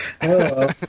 Hello